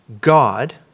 God